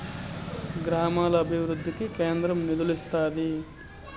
గ్రామాల అభివృద్ధికి కేంద్రం నిధులు ఇత్తాది